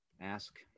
Ask